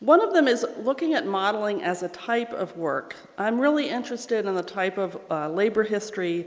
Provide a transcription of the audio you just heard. one of them is looking at modeling as a type of work. i'm really interested in and the type of labor history